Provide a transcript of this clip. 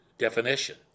Definition